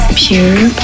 pure